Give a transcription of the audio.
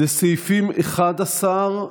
סעיף 11,